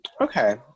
okay